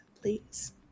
please